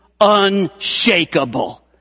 unshakable